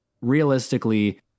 realistically